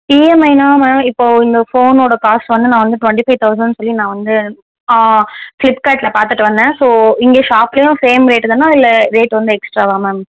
இஎம்ஐனா ma'am இப்போது இந்த ஃபோனோட காஸ்ட் வந்து நான் வந்து ட்வெண்ட்டி ஃபைவ் தௌசண்ட் சொல்லி நான் வந்து ஃப்ளிப்கார்ட்டில் பார்த்துட்டு வந்தேன் ஸோ இங்கே ஷாப்லேயும் சேம் ரேட்டு தானா இல்லை ரேட்டு வந்து எக்ஸ்ட்ராவா மேம்